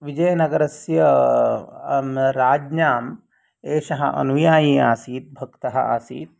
विजयनगरस्य राज्ञाम् एषः अनुयायी आसीत् भक्तः आसीत्